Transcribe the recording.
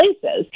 places